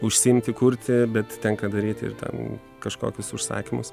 užsiimti kurti bet tenka daryti ir ten kažkokius užsakymus